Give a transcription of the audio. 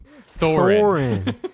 thorin